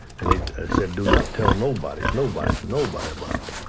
and they said, do not tell nobody, nobody, nobody, about